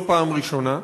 לא בפעם הראשונה.